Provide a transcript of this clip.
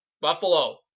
Buffalo